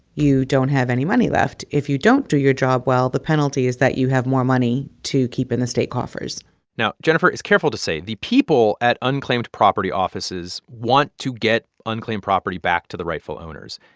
you don't have any money left. if you don't do your job well, the penalty is that you have more money to keep in the state coffers now, jennifer is careful to say the people at unclaimed property offices want to get unclaimed property back to the rightful owners.